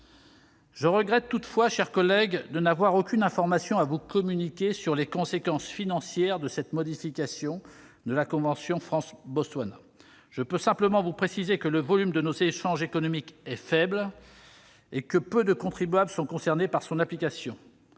Je regrette toutefois, mes chers collègues, de n'avoir aucune information à vous communiquer sur les conséquences financières de cette modification de la convention entre la France et le Botswana. Je peux simplement préciser que le volume de nos échanges économiques est faible et que peu de contribuables sont concernés par son application